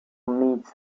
meets